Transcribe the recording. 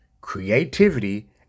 creativity